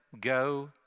go